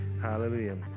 Hallelujah